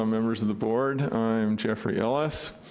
ah members of the board. i am jeffery ellis.